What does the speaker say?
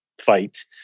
fight